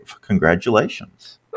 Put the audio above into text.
Congratulations